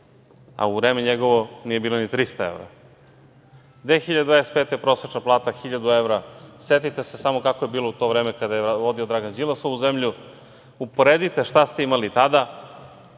a u njegovo vreme nije bila ni 300 evra. Godine 2025. prosečna plata hiljadu evra. Setite se samo kako je bilo u to vreme kada je vodio Dragan Đilas ovu zemlju. Uporedite šta ste imali tada,